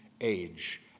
age